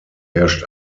herrscht